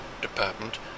department